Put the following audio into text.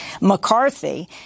McCarthy